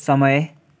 समय